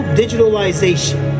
digitalization